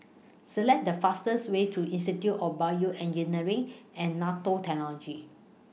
Select The fastest Way to Institute of Bioengineering and Nanotechnology